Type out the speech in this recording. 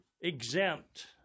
exempt